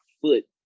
foot